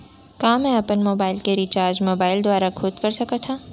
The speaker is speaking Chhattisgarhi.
का मैं अपन मोबाइल के रिचार्ज मोबाइल दुवारा खुद कर सकत हव?